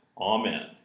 Amen